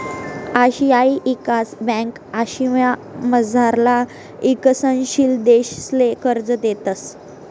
आशियाई ईकास ब्यांक आशियामझारला ईकसनशील देशसले कर्ज देतंस